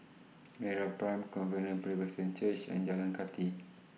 Meraprime Covenant Presbyterian Church and Jalan Kathi